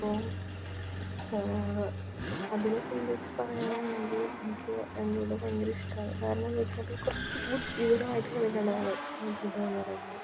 അപ്പോൾ അതിനെ സംബന്ധിച്ച് പറയാനാണെങ്കിൽ എനിക്ക് അതിനോട് ഭയങ്കരം ഇഷ്ടമാണ് കാരണമെന്ന് വച്ചാൽ കുറച്ച് ബുദ്ധിപരമായിട്ട് കളിക്കേണ്ടതാണ് ലുഡോ എന്ന് പറയുന്നത്